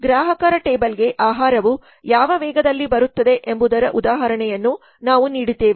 ಗ್ರಾಹಕರ ಟೇಬಲ್ಗೆ ಆಹಾರವು ಯಾವ ವೇಗದಲ್ಲಿ ಬರುತ್ತದೆ ಎಂಬುದರ ಉದಾಹರಣೆಯನ್ನು ನಾವು ನೀಡಿದ್ದೇವೆ